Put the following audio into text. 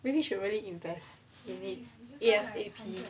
maybe you should really invest you need A_S_A_P